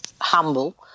humble